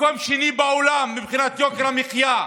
מקום שני בעולם מבחינת יוקר המחיה.